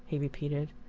he repeated.